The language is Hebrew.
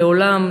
לעולם,